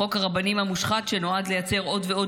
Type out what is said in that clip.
חוק הרבנים המושחת שנועד לייצר עוד ועוד